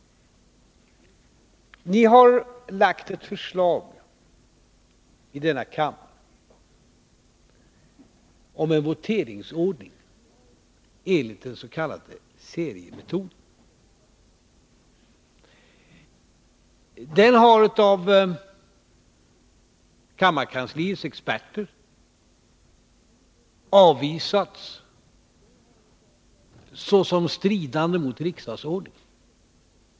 Ni har lagt fram ett förslag i denna kammare om en voteringsordning enligt dens.k. seriemetoden. Den har av kammarkansliets experter avvisats såsom stridande mot riksdagsordningen.